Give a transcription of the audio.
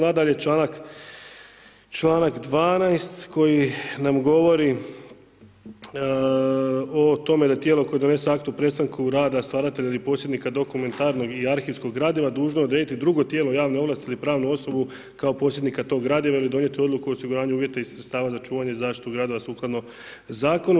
Nadalje, članak 12. koji nam govori o tome da tijelo koje donese akt o prestanku rada stvaratelja ili posjednika dokumentarnog i arhivskog gradiva dužno je odrediti drugo tijelo javne ovlasti ili pravnu osobu kao posjednika tog gradiva ili donijeti odluku o osiguranju uvjeta iz sredstava za čuvanje i zaštitu gradiva sukladno zakonu.